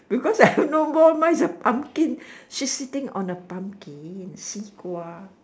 because I don't know ball mine is pumpkin she's sitting on a pumpkin 西瓜